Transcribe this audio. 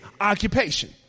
Occupation